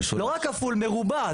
לא רק כפול, מרובע.